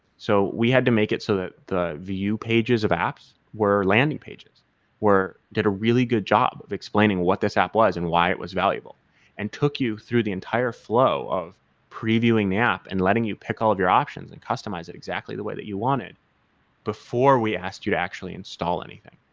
so we had to make it so that the view pages of apps were landing pages were it did a really good job of explaining what this app was and why it was valuable and took you through the entire flow of previewing the app and letting you pick all of your options and customize it exactly the way that you want it before we asked you to actually install anything.